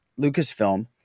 Lucasfilm